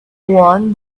won